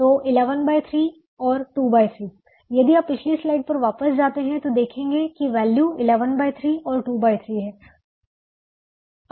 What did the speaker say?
तो 113 और 23 यदि आप पिछली स्लाइड पर वापस जाते हैं तो देखेंगे कि वैल्यू 113 और 23 हैं